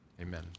Amen